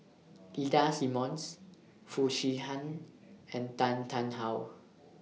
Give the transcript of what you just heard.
Ida Simmons Foo Chee Han and Tan Tarn How